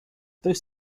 those